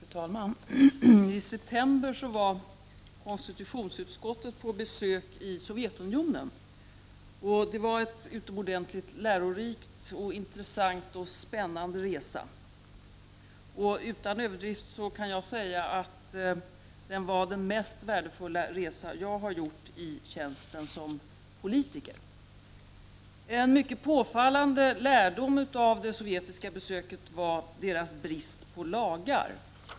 Fru talman! I september var konstitutionsutskottet på besök i Sovjetunionen. Det var en utomordentligt lärorik, intressant och spännande resa. Utan överdrift kan jag säga att det var den mest värdefulla resa jag har gjort i tjänsten som politiker. En mycket påfallande lärdom av det sovjetiska besöket var Sovjets brist på lagar.